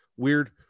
weird